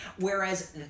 Whereas